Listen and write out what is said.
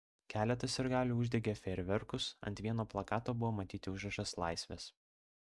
keletas sirgalių uždegė fejerverkus ant vieno plakato buvo matyti užrašas laisvės